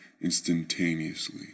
instantaneously